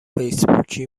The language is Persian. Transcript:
فیسبوکی